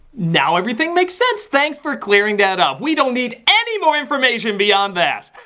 now everything makes sense. thanks for clearing that up. we don't need any more information beyond that.